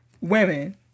women